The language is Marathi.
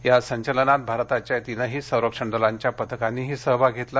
या संचलनात भारताच्या तीनही संरक्षण दलांच्या पथकांनीही सहभाग घेतला